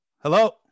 hello